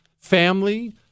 family